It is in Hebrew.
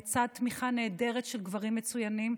לצד תמיכה נהדרת של גברים מצוינים,